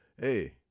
Hey